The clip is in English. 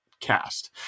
cast